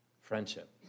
friendship